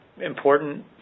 important